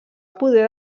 poder